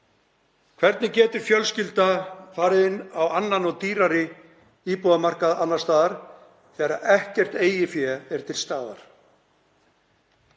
Hvernig getur fjölskylda farið inn á annan og dýrari íbúðamarkað annars staðar þegar ekkert eigið fé er til staðar?